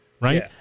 Right